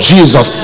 Jesus